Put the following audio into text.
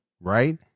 right